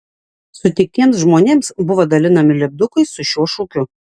sutiktiems žmonėms buvo dalinami lipdukai su šiuo šūkiu